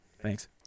Thanks